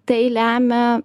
tai lemia